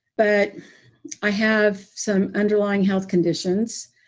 but i have some underlying health conditions.